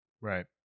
Right